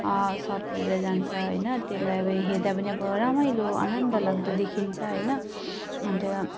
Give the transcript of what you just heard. सप्रिएर जान्छ होइन त्यसलाई अब हेर्दा पनि अब रमाइलो आनन्द लाग्दो देखिन्छ होइन अन्त